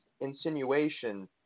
insinuation